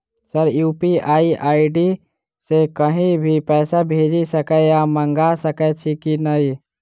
Sir UPI ID सँ कहि भी पैसा भेजि सकै या मंगा सकै छी की न ई?